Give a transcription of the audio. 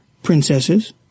princesses